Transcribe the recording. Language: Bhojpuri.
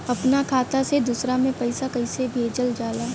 अपना खाता से दूसरा में पैसा कईसे भेजल जाला?